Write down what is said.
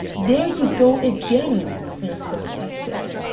there you go again, snapped the detective.